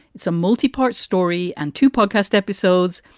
it's a multipart story and to podcast episodes.